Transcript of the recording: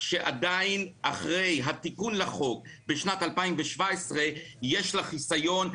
שעדיין אחרי התיקון לחוק בשנת 2017 יש לה חיסיון,